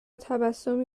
تبسمی